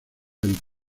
del